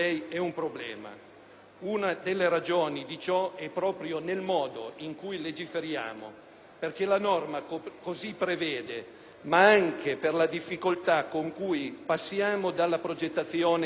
una delle ragioni di cio eproprio nel modo in cui legiferiamo, perche´ la norma cosı prevede, ma anche per la difficoltacon cui passiamo dalla progettazione alla realizzazione.